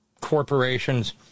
corporations